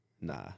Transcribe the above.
Nah